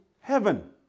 heaven